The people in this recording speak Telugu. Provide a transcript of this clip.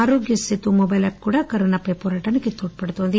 ఆరోగ్య సేతు మొబైల్ యాప్ కూడా కరోనాపై పోరాటానికి తోడ్పడుతోంది